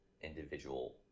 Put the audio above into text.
individual